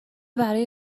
برای